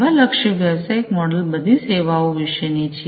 સેવાલક્ષી વ્યવસાયિક મોડલ બધી સેવાઓ વિશેની છે